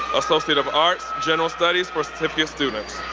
associate of arts, general studies for certificate students.